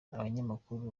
abanyamakuru